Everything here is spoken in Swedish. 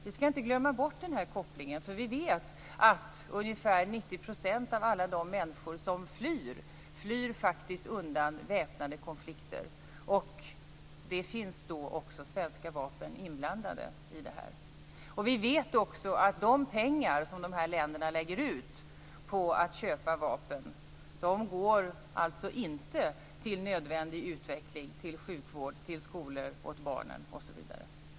Vi skall inte glömma bort denna koppling, för vi vet att ungefär 90 % av alla de människor som flyr faktiskt flyr undan väpnade konflikter. Där finns svenska vapen inblandade. Vi vet också att de pengar som de här länderna lägger ut på att köpa vapen går inte till nödvändig utveckling, till sjukvård, skolor åt barnen osv.